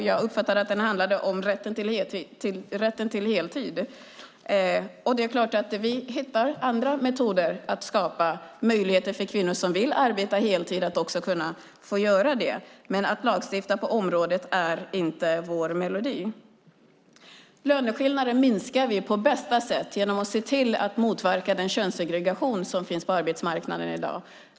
Jag uppfattade att den handlade om rätten till heltid. Det är klart att vi hittar andra metoder för att skapa möjligheter för kvinnor som vill arbeta heltid att också kunna göra det, men att lagstifta på området är inte vår melodi. Löneskillnader minskar vi på bästa sätt genom att se till att motverka den könssegregation som finns på arbetsmarknaden i dag.